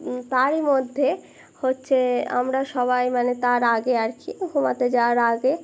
তারই মধ্যে হচ্ছে আমরা সবাই মানে তার আগে আর কি ঘুমাতে যাওয়ার আগে